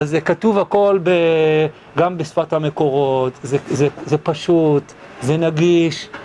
זה כתוב הכל גם בשפת המקורות, זה פשוט, זה נגיש.